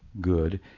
good